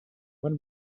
when